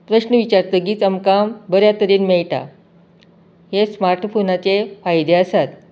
प्रस्न विचारतकीच आमकां बऱ्या तरेन मेळटा हेच स्मार्ट फोनाचे फायदे आसात